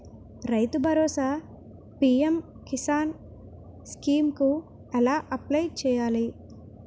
రైతు Bharosa PM Kisan scheme కు ఎలా అప్లయ్ చేయాలి?